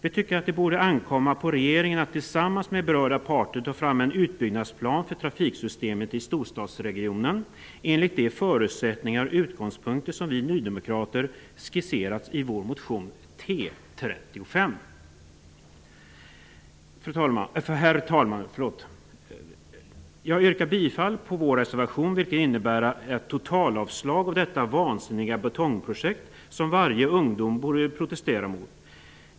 Vi tycker att det borde ankomma på regeringen att tillsammans med berörda parter ta fram en utbyggnadsplan för trafiksystemet i storstadsregionen enligt de förutsättningar och utgångspunkter som vi nydemokrater skisserat i vår motion T35. Herr talman! Jag yrkar bifall till vår reservation, vilket innebär ett totalavslag på detta vansinniga betongprojekt, som varje ungdom borde protestera mot.